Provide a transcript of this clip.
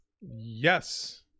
Yes